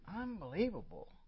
unbelievable